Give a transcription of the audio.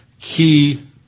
key